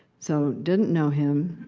so, didn't know him.